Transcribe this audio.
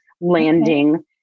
landing